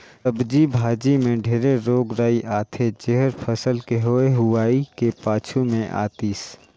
सब्जी भाजी मे ढेरे रोग राई आथे जेहर फसल के होए हुवाए के पाछू मे आतिस